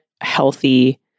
healthy